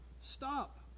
stop